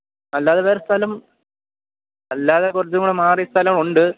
അല്ലാതെ വേറെ സ്ഥലം അല്ലാതെ കുറച്ച് കൂടെ മാറി സ്ഥലം ഉണ്ട്